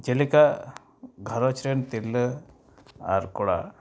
ᱡᱮᱞᱮᱠᱟ ᱜᱷᱟᱨᱚᱸᱡᱽᱨᱮᱱ ᱛᱤᱨᱞᱟᱹ ᱟᱨ ᱠᱚᱲᱟ